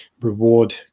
reward